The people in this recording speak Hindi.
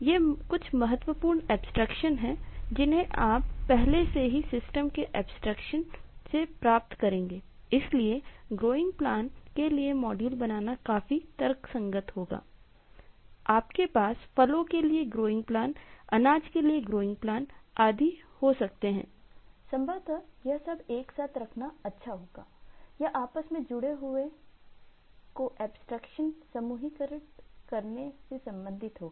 यूजर इंटरफ़ेस समूहीकृत करने से संबंधित होगा